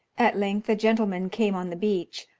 at length a gentleman came on the beach,